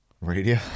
radio